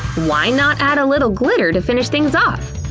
why not add a little glitter to finish things off?